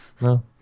no